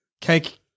Cake